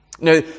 Now